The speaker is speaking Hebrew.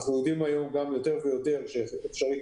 אנחנו יודעים יותר ויותר שיכול להיות